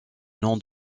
nom